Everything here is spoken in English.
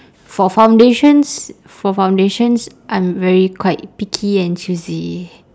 for foundations for foundations I'm very quite picky and choosy